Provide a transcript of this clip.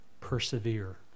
persevere